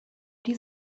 die